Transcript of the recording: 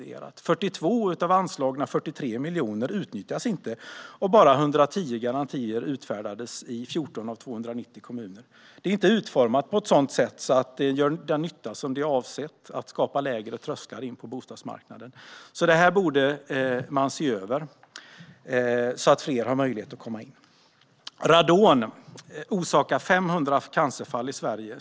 Av anslagna 43 miljoner är det 42 miljoner som inte utnyttjas, och bara 110 garantier utfärdades i 14 av 290 kommuner under 2015. Systemet är inte utformat på ett sådant sätt att det gör avsedd nytta, det vill säga att skapa lägre trösklar in på bostadsmarknaden. Det här borde man alltså se över så att fler har möjlighet att komma in. Radon orsakar 500 cancerfall årligen i Sverige.